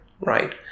right